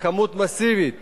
לכמות מסיבית